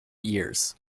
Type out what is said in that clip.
years